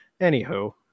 Anywho